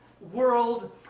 world